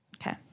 Okay